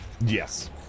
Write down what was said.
Yes